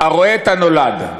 הרואה את הנולד.